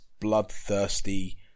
bloodthirsty